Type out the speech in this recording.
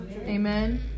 Amen